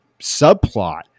subplot